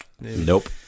Nope